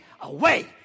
away